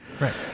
right